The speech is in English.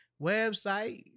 website